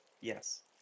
yes